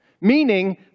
Meaning